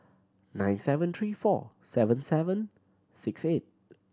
nine seven three four seven seven six eight